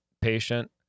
patient